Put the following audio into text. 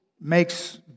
makes